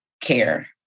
care